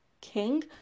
king